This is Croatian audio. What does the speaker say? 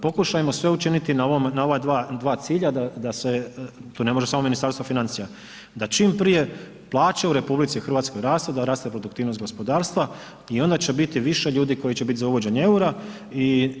Pokušajmo sve učiniti na ova dva cilja da se, to ne može samo Ministarstvo financija da čim prije plaće u RH rastu, da raste produktivnost gospodarstva i onda će biti više ljudi koji će biti za uvođenje eura.